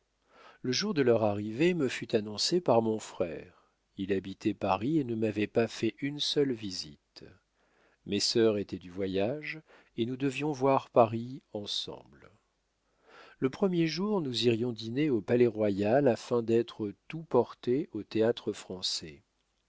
le jour de leur arrivée me fut annoncé par mon frère il habitait paris et ne m'avait pas fait une seule visite mes sœurs étaient du voyage et nous devions voir paris ensemble le premier jour nous irions dîner au palais-royal afin d'être tout portés au théâtre-français